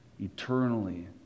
eternally